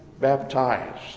baptized